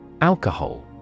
Alcohol